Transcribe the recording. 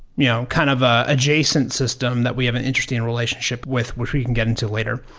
you know kind of ah adjacent system that we have an interesting relationship with, which we can get into later.